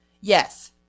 Yes